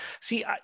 See